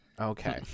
Okay